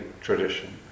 tradition